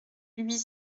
huit